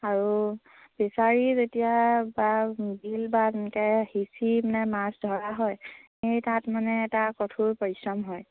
আৰু ফিচাৰী যেতিয়া বা বিল বা এনেকৈ সিঁচি মানে মাছ ধৰা হয় সেই তাত মানে এটা কঠোৰ পৰিশ্ৰম হয়